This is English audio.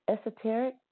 Esoteric